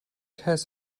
has